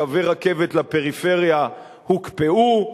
קווי רכבת לפריפריה הוקפאו,